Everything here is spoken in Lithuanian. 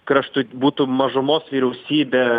kraštut būtų mažumos vyriausybė